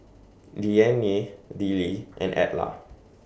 Leanne Dillie and Edla